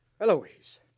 Eloise